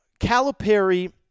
Calipari